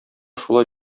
шулай